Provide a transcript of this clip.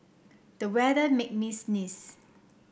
the weather made me sneeze